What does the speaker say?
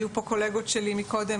היו פה קולגות שלי מקודם,